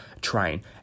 train